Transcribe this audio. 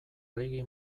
reggae